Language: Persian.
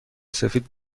سفید